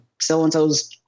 so-and-so's